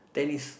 tennis